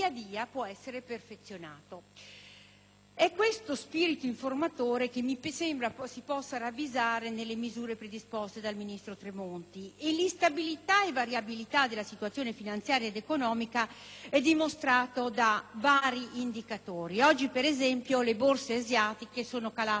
È questo lo spirito informatore che mi sembra si possa ravvisare nelle misure predisposte dal ministro Tremonti. E l'instabilità e variabilità della situazione finanziaria ed economica è dimostrata da vari indicatori. Oggi, ad esempio, le borse asiatiche sono calate del 6 per cento, il che vuol dire